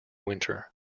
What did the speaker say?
winter